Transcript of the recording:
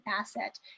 asset